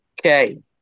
Okay